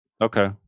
Okay